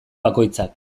bakoitzak